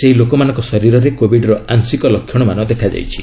ସେହି ଲୋକମାନଙ୍କ ଶରୀରରେ କୋବିଡ୍ର ଆଂଶିକ ଲକ୍ଷଣମାନ ଦେଖାଯାଇଛି